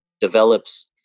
develops